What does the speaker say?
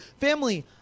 family